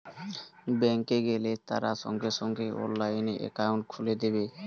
bank এ গেলে তারা সঙ্গে সঙ্গে অনলাইনে একাউন্ট খুলে দেবে